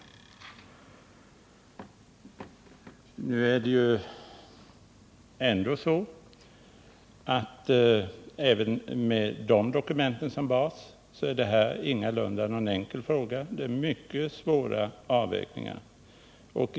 Men även med dessa dokument som bas är detta ingalunda någon enkel fråga. Det är fråga om mycket svåra avvägningar.